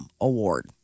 award